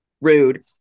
Rude